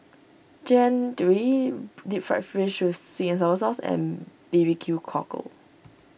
Jian Dui Deep Fried Fish with Sweet and Sour Sauce and B B Q Cockle